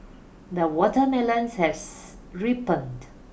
the watermelons has ripened